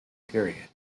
period